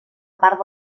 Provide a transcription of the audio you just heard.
part